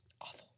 Awful